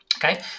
Okay